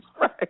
Right